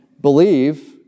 believe